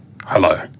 Hello